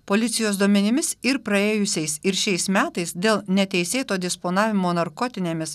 policijos duomenimis ir praėjusiais ir šiais metais dėl neteisėto disponavimo narkotinėmis